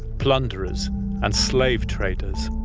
plunderers and slave traders.